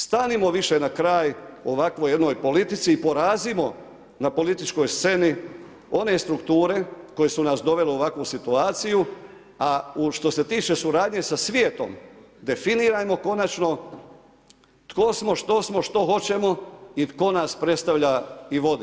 Stanimo više na kraj ovakvoj jednoj politici i porazimo na političkoj sceni one strukture koje su nas dovele u ovakvu situaciju a što se tiče suradnje sa svijetom, definirajmo konačno tko smo, što smo, što hoćemo i tko nas predstavlja i vodi.